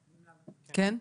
גם פה,